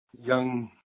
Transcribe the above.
young